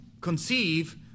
conceive